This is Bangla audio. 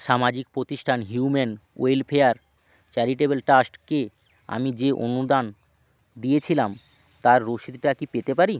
সামাজিক প্রতিষ্ঠান হিউম্যান ওয়েলফেয়ার চ্যারিটেবেল ট্রাস্টকে আমি যে অনুদান দিয়েছিলাম তার রশিদটা কি পেতে পারি